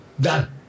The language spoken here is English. done